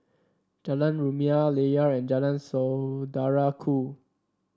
Jalan Rumia Layar and Jalan Saudara Ku